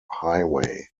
highway